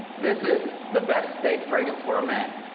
this is the best date fragrance for a man.